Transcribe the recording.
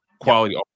Quality